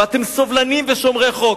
ואתם סובלניים ושומרי חוק.